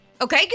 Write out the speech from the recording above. Okay